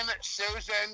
Susan